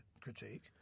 critique